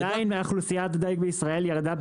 עדיין אוכלוסיית הדיג בישראל ירדה.